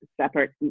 separate